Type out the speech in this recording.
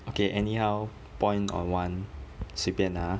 okay any how point on one 随便 lah !huh!